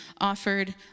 offered